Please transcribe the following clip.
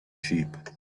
sheep